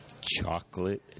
chocolate